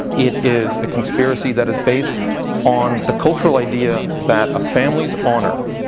it is a conspiracy that is based on the cultural idea that a family's honour